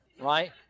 right